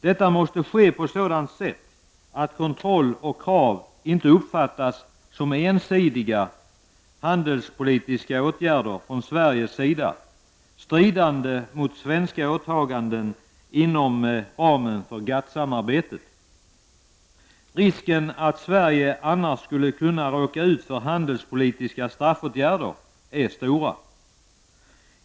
Detta måste ske på sådant sätt att kontroll och krav inte uppfattas som ensidiga handelspolitiska åtgärder från Sveriges sida, stridande mot svenska åtaganden inom ramen för GATT-samarbetet. Risken att Sverige annars skulle kunna råka ut för handelspolitiska ''straffåtgärder'' är stora.